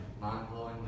mind-blowingly